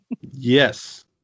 Yes